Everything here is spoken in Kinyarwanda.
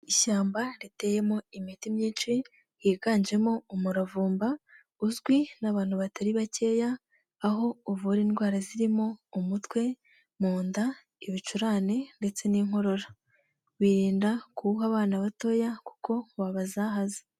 Ishyamba riteyemo imiti myinshi higanjemo umuravumba uzwi n'abantu batari bakeya, aho uvura indwara zirimo umutwe, mu nda, ibicurane ndetse n'inkorora. Birinda kuwuha abana batoya kuko wabazahaza.